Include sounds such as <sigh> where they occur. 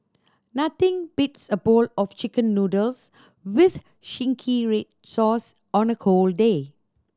nothing beats a bowl of Chicken Noodles with <unintelligible> red sauce on a cold day